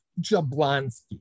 Jablonski